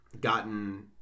gotten